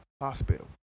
Hospital